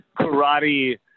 karate